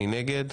0 נגד,